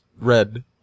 red